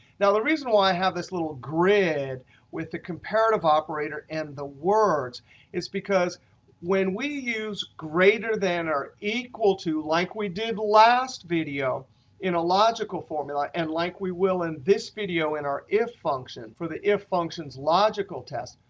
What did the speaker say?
now, the reason why i have this little grid with the comparative operator and the words is because when we use greater than or equal to like we did last video in a logical formula, and like we will in this video and our if function for the if function's logical test,